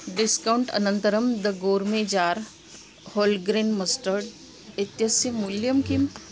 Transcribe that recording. discount अनन्तरं the gourmet jar wholegrain mustard इत्यस्य मूल्यं किम्